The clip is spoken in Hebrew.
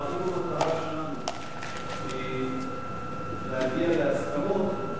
אם המטרה שלנו היא להגיע להסכמות,